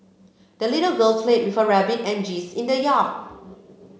the little girl played with her rabbit and geese in the yard